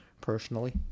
personally